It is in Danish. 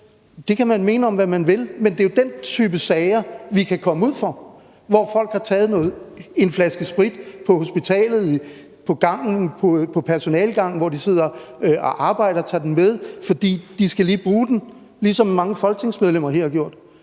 Det kan man mene om, hvad man vil, men det er jo den type sager, vi kan komme ud for, hvor folk har taget en flaske sprit på hospitalet, på personalegangen, hvor de sidder og arbejder. De har taget den med, fordi de lige skal bruge den, ligesom mange folketingsmedlemmer her har gjort.